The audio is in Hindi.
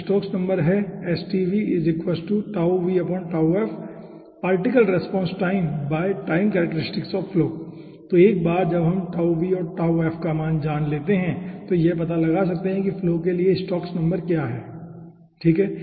तो स्टोक्स नंबर है तो एक बार जब हम τv और τf का मान जान लेते हैं तो यह पता लगा सकते हैं कि फ्लो के लिए स्टोक्स नंबर क्या है ठीक है